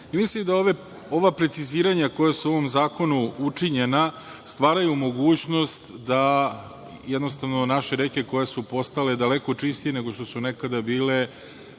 Mislim da ova preciziranja koja su u ovom zakonu učinjena stvaraju mogućnost da naše reke koje su postale daleko čistije nego što su nekada bile